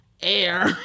Air